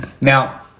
Now